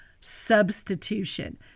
substitution